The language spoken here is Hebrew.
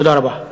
תודה רבה.